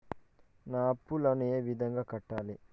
నా అప్పులను ఏ విధంగా కట్టాలి?